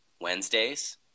Wednesdays